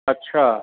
अच्छा